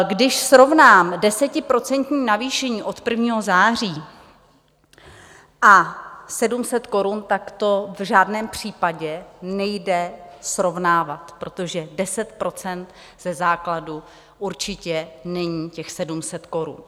Když srovnám desetiprocentní navýšení od 1. září a 700 korun, tak to v žádném případě nejde srovnávat, protože 10 % ze základu určitě není těch 700 korun.